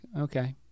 okay